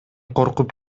коркуп